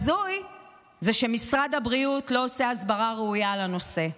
הזוי זה שמשרד הבריאות לא עושה הסברה ראויה בנושא.